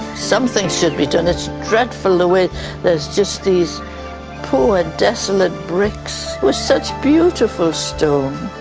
something should be done, it's dreadful the way there's just these poor, desolate bricks with such beautiful stone,